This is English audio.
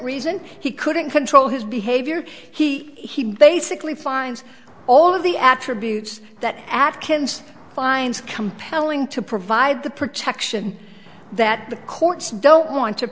reason he couldn't control his behavior he he basically finds all of the attributes that atkins finds compelling to provide the protection that the courts don't want to